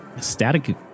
static